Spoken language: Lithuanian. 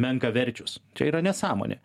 menkaverčius čia yra nesąmonė